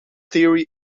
theory